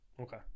okay